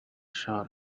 sort